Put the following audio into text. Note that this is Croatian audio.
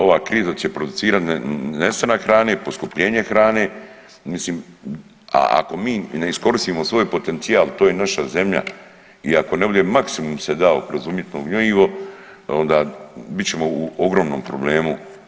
Ova kriza će producirati nestanak hrane, poskupljenje hrane, mislim a ako mi ne iskoristimo svoj potencijal, to je naša zemlja i ako ne bude se maksimum dao kroz umjetno gnojivo onda bit ćemo u ogromnom problemu.